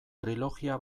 trilogia